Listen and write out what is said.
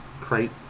crate